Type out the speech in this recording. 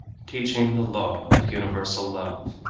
teaching the law of universal love,